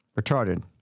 Retarded